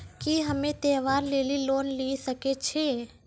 की हम्मय त्योहार लेली लोन लिये सकय छियै?